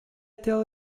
tell